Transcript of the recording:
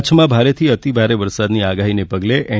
કચ્છમાં ભારેથી અતિભારે વરસાદની આગાહીને પગલે એન